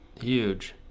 huge